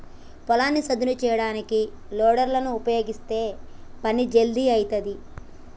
పొలాన్ని సదును చేయడానికి లోడర్ లను ఉపయీగిస్తే పని జల్దీ అయితది